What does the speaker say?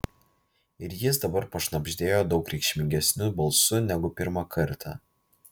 ir jis dabar prašnabždėjo daug reikšmingesniu balsu negu pirmą kartą